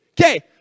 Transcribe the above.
Okay